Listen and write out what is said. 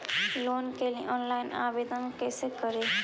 Loan के लिये online आवेदन कैसे करि?